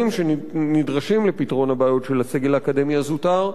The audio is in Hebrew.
שנדרשים לפתרון הבעיות של הסגל האקדמי הזוטר.